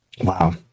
wow